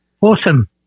Awesome